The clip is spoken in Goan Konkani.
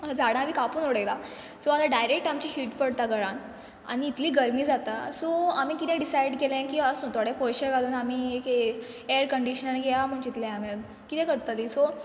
झाडां बी कापून उडयला सो आतां डायरेक्ट आमची हीट पडता घरान आनी इतलीं गरमी जाता सो आमी कितें डिसायड केलें की आसूं थोडे पोयशे घालून आमी एक ए एर कंडिशनर घेया म्हूण चितलें किरें करतलीं सो